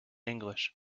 english